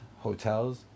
hotels